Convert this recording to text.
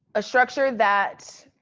a structure that